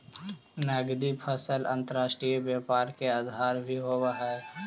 नगदी फसल अंतर्राष्ट्रीय व्यापार के आधार भी होवऽ हइ